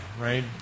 right